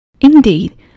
Indeed